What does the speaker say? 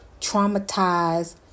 traumatized